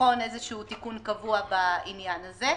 לבחון איזשהו תיקון קבוע בעניין הזה.